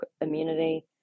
immunity